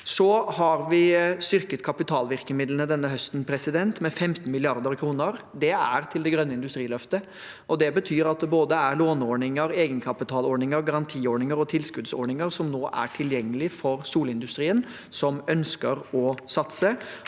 Vi har styrket kapitalvirkemidlene denne høsten med 15 mrd. kr. Det er til det grønne industriløftet, og det betyr at det både er låneordninger, egenkapitalordninger, garantiordninger og tilskuddsordninger som nå er tilgjengelige for solindustri som ønsker å satse.